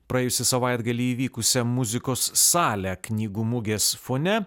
praėjusį savaitgalį įvykusią muzikos salę knygų mugės fone